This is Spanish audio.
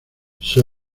sir